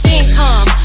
income